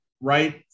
right